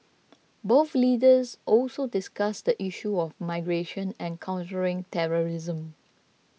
both leaders also discussed the issues of migration and countering terrorism